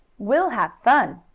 we'll have fun.